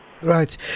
Right